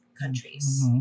countries